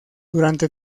durante